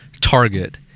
target